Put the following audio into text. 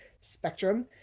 spectrum